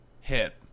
hit